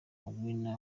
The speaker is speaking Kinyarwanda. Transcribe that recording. warner